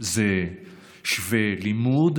זה שווה לימוד?